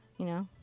you know.